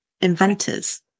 inventors